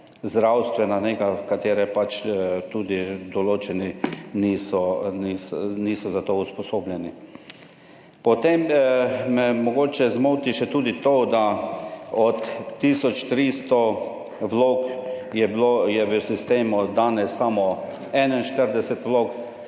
zdravstvena nega, katere pač tudi določeni niso, niso za to usposobljeni. Potem me mogoče zmoti še tudi to, da, od 1300 vlog je bilo, je v sistemu danes samo 41 vlog